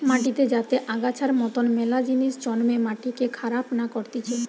মাটিতে যাতে আগাছার মতন মেলা জিনিস জন্মে মাটিকে খারাপ না করতিছে